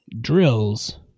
drills